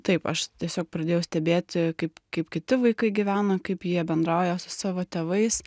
taip aš tiesiog pradėjau stebėti kaip kaip kiti vaikai gyvena kaip jie bendrauja su savo tėvais